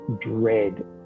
dread